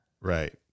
Right